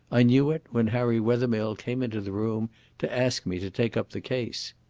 i knew it when harry wethermill came into the room to ask me to take up the case.